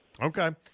Okay